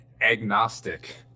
Agnostic